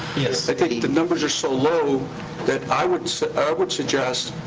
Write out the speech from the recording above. i think the numbers are so low that i would would suggest,